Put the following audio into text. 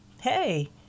Hey